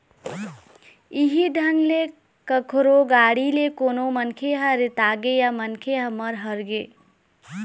इहीं ढंग ले कखरो गाड़ी ले कोनो मनखे ह रेतागे या मनखे ह मर हर गे